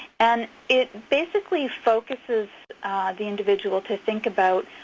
and it basically focuses the individual to think about,